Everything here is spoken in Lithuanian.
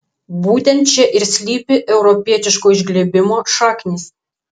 būtent čia ir slypi europietiško išglebimo šaknys